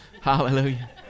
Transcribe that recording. Hallelujah